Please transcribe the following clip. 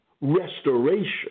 restoration